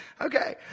okay